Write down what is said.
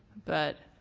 but